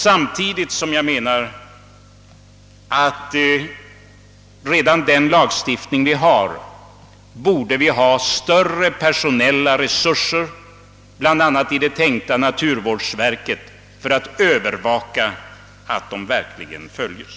Samtidigt borde vi ha större personella resurser — bl.a. i det tänkta naturvårdsverket — för att övervaka att den lagstiftning vi redan har verkligen följes.